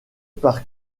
par